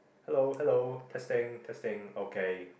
hello hello testing testing okay